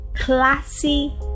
classy